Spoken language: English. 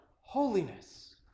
holiness